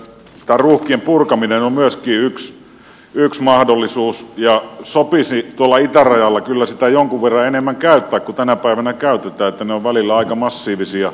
tämä ruuhkien purkaminen on myöskin yksi mahdollisuus ja sopisi tuolla itärajalla kyllä sitä jonkun verran enemmän käyttää kuin tänä päivänä käytetään ne jonot ovat välillä aika massiivisia